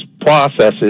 processes